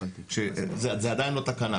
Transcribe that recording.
זה עדיין לא תקנה.